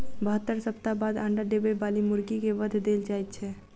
बहत्तर सप्ताह बाद अंडा देबय बाली मुर्गी के वध देल जाइत छै